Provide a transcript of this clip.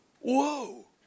whoa